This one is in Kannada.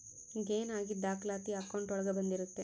ಗೈನ್ ಆಗಿದ್ ದಾಖಲಾತಿ ಅಕೌಂಟ್ ಒಳಗ ಬಂದಿರುತ್ತೆ